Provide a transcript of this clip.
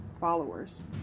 followers